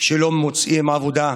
שלא מוצאים עבודה.